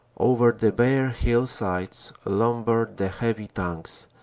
over the bare hillsides lumber the heavy tanks,